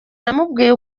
namubwiye